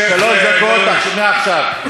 שלוש דקות מעכשיו.